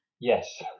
Yes